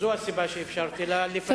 זו הסיבה שאישרתי לה, לפנים משורת הדין.